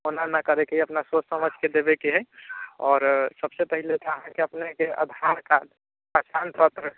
ओना नहि करैके हइ अपना सोचि समझिके देबैके हइ आओर सबसँ पहिले तऽ अहाँके अपनेके आधार कार्ड पहचान पत्र